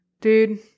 dude